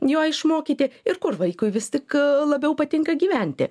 jo išmokyti ir kur vaikui vis tik labiau patinka gyventi